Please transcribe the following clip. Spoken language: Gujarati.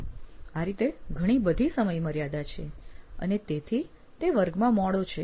આ રીતે ઘણી બધી સમયમર્યાદા છે અને તેથી તે વર્ગમાં મોડો છે